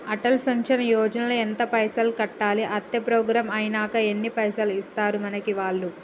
Atal pension Yojana ల ఎంత పైసల్ కట్టాలి? అత్తే ప్రోగ్రాం ఐనాక ఎన్ని పైసల్ ఇస్తరు మనకి వాళ్లు?